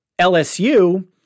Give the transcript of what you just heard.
LSU